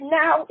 now